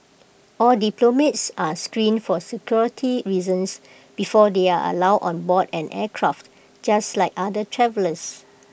all diplomats are screened for security reasons before they are allowed on board an aircraft just like other travellers